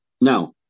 Now